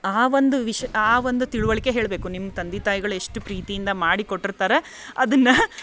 ಆ ಒಂದು ವಿಷಯ ಆ ಒಂದು ತಿಳುವಳಿಕೆ ಹೇಳಬೇಕು ನಿಮ್ಮ ತಂದೆ ತಾಯಿಗಳು ಎಷ್ಟು ಪ್ರೀತಿಯಿಂದ ಮಾಡಿ ಕೊಟ್ಟಿರ್ತಾರೆ ಅದನ್ನು